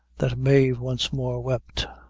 that mave once more wept.